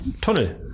Tunnel